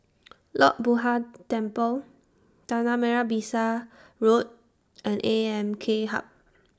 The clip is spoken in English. Lord Buddha Temple Tanah Merah Besar Road and A M K Hub